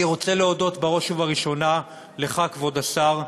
אני רוצה להודות בראש ובראשונה לך, כבוד השר,